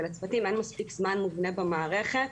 ולצוותים אין זמן מובנה במערכת.